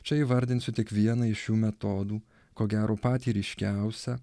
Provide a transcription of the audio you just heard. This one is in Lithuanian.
čia įvardinsiu tik vieną iš šių metodų ko gero patį ryškiausią